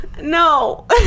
No